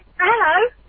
Hello